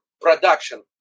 production